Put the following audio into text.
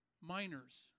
minors